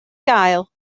gael